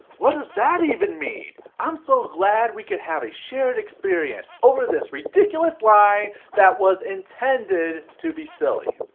what does that even mean? i'm so glad we can have a shared experience over this ridiculous line that it was intended to be silly.